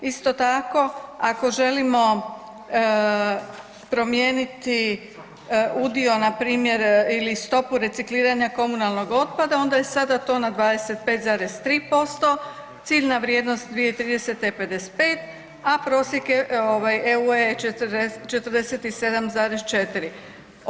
Isto tako ako želimo promijeniti udio npr. ili stopu recikliranja komunalnog otpada onda je sada to na 25,3%, ciljna vrijednost 2030. je 55, a prosjek ovaj EU-a je 47,4.